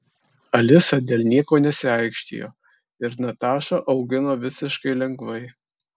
alisa dėl nieko nesiaikštijo ir natašą augino visiškai lengvai